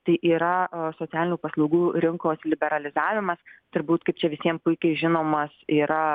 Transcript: tai yra socialinių paslaugų rinkos liberalizavimas turbūt kaip čia visiem puikiai žinomas yra